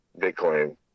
Bitcoin